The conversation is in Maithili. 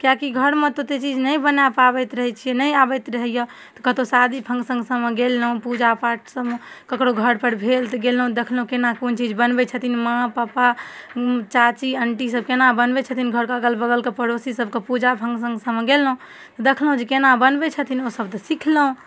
किएकि घरमे तऽ ओतेक चीज नहि बना पाबैत रहै छिए नहि आबैत रहैए कतहु शादी फंक्शनसबमे गेलहुँ पूजा पाठ सबमे ककरो घरपर भेल तऽ गेलहुँ देखलहुँ कोना कोन चीज बनबै छथिन माँ पप्पा चाची अण्टीसभ कोना बनबै छथिन घरके अगलबगलके पड़ोसीसभके पूजा फंक्शनमे गेलहुँ देखलहुँ जे कोना बनबै छथिन ओसभ तऽ सिखलहुँ